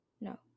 no